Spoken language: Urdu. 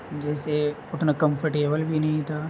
جیسے اتنا کمفرٹیبل بھی نہیں تھا